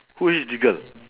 who is this girl